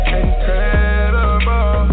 incredible